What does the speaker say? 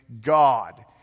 God